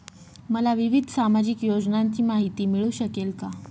मला विविध सामाजिक योजनांची माहिती मिळू शकेल का?